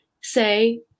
say